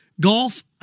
Golf